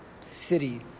city